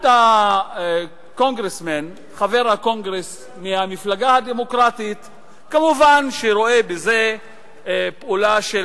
אחד מחברי הקונגרס מהמפלגה הדמוקרטית ראה בשימוע פעולה של